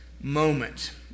moment